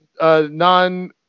non